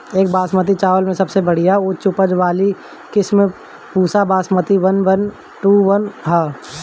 एक बासमती चावल में सबसे बढ़िया उच्च उपज वाली किस्म Pusa Basmati one one two one ह?